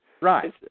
Right